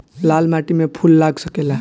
लाल माटी में फूल लाग सकेला?